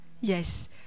Yes